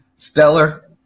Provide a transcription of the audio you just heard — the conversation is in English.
Stellar